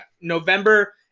November